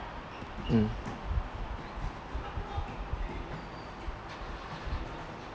mm